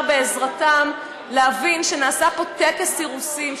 בעזרתם להבין שנעשה פה טקס אירוסין,